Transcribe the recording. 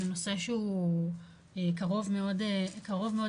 זה נושא שהוא קרוב מאוד לליבי,